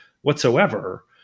whatsoever